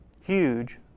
huge